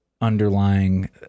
underlying